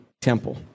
temple